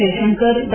Jaishankar Dr